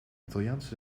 italiaans